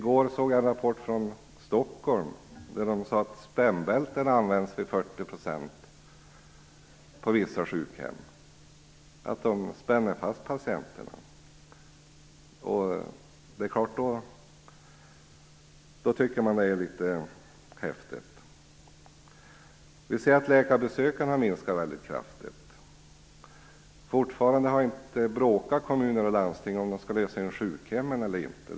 I går läste jag en rapport från Stockholm, där det stod att spännbälten används till 40 % av patienterna på vissa sjukhem. Patienterna spänns alltså fast. Det tycker jag är i mesta laget. Antalet läkarbesök har minskat kraftigt. Fortfarande bråkar kommuner och landsting om ifall de skall lösa in sjukhemmen eller inte.